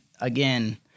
again